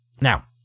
Now